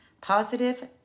positive